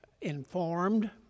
informed